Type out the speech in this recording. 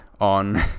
on